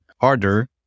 harder